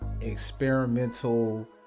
experimental